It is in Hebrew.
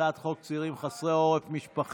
הצעת חוק סיוע לצעירים חסרי עורף משפחתי.